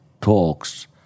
talks